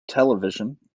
television